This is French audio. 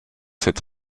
cette